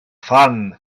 phan